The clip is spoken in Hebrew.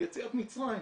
יציאת מצרים.